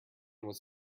was